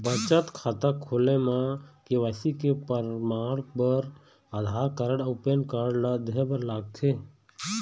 बचत खाता खोले म के.वाइ.सी के परमाण बर आधार कार्ड अउ पैन कार्ड ला देहे बर लागथे